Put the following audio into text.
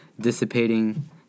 dissipating